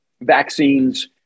vaccines